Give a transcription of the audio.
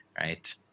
right